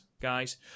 guys